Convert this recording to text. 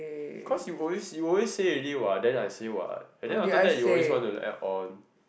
cause you always you always say already what then I say what and then after that you always want to add on